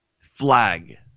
flag